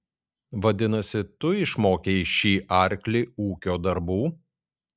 vadinasi tu išmokei šį arklį ūkio darbų